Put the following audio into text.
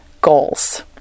goals